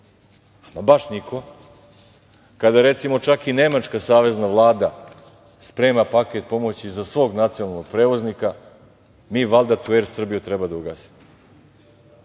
a baš niko, kada je recimo čak i Nemačka Savezna Vlada sprema paket pomoći za svog nacionalnog prevoznika mi valjda tu Er Srbiju treba da ugasimo